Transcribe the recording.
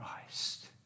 Christ